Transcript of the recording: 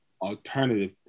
alternative